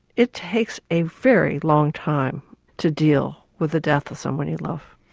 it takes a very long time to deal with the death of somebody you love.